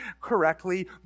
correctly